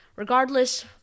Regardless